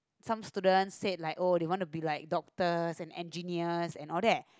some students said like oh they want to be like doctors and engineers and all that